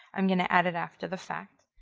i'm going to add it up to the fact.